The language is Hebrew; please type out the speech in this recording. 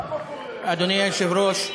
אדוני היושב-ראש,